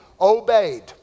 obeyed